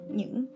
những